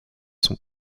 sont